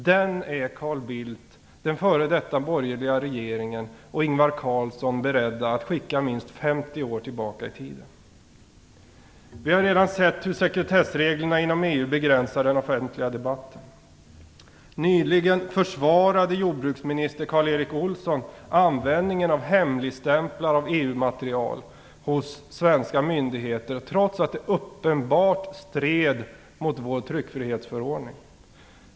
Den är Carl Bildt, den f.d. borgerliga regeringen och Ingvar Carlsson beredda att skicka minst 50 år tillbaka i tiden. Vi har redan sett hur sekretessreglerna inom EU begränsar den offentliga debatten. Nyligen försvarade jordbruksminister Karl Erik Olsson användningen av hemligstämplar av EU-material hos svenska myndigheter, trots att det uppenbart stred mot vår tryckfrihetsförordning.